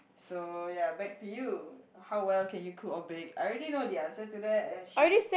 so ya back to you how well can you cook or bake I already know the answer to that and she